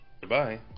Goodbye